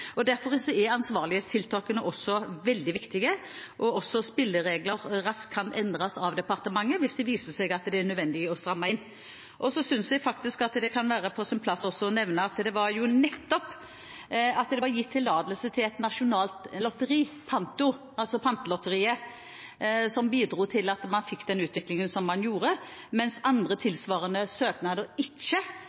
det. Derfor er ansvarlighetstiltakene også veldig viktige, og også at spilleregler raskt kan endres av departementet hvis det viser seg at det er nødvendig å stramme inn. Så synes jeg faktisk at det kan være på sin plass også å nevne at det var jo nettopp det at det var gitt tillatelse til et nasjonalt lotteri, Panto, altså Pantelotteriet, som bidro til at man fikk den utviklingen som man gjorde, mens andre, tilsvarende søknader ikke